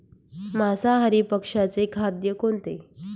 मांसाहारी पक्ष्याचे खाद्य कोणते?